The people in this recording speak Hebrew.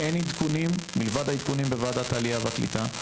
אין עדכונים מלבד העדכונים בוועדת העלייה והקליטה.